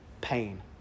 pain